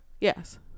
yes